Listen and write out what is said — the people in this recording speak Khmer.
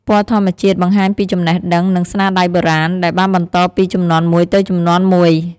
ពណ៌ធម្មជាតិបង្ហាញពីចំណេះដឹង និងស្នាដៃបុរាណ ដែលបានបន្តពីជំនាន់មួយទៅជំនាន់មួយ។